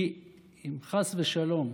כי אם חס ושלום,